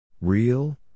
Real